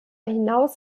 hinaus